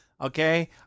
okay